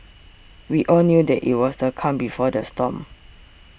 we all knew that it was the calm before the storm